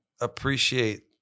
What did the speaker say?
appreciate